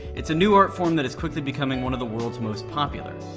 it's a new art-form that is quickly becoming one of the world's most popular.